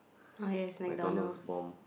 oh yes MacDonald's